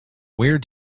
where